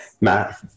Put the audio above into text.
Matt